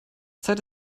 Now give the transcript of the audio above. zeit